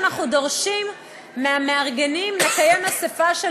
שאנחנו דורשים מהמארגנים לקיים אספה של